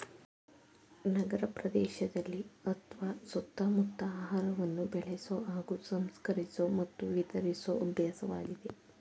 ನಗರಪ್ರದೇಶದಲ್ಲಿ ಅತ್ವ ಸುತ್ತಮುತ್ತ ಆಹಾರವನ್ನು ಬೆಳೆಸೊ ಹಾಗೂ ಸಂಸ್ಕರಿಸೊ ಮತ್ತು ವಿತರಿಸೊ ಅಭ್ಯಾಸವಾಗಿದೆ